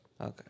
okay